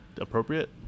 appropriate